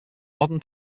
modern